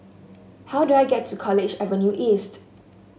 how do I get to College Avenue East